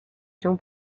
się